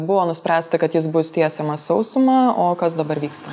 buvo nuspręsta kad jis bus tiesiamas sausuma o kas dabar vyksta